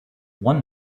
one